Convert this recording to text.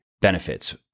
benefits